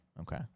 Okay